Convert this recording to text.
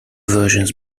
versions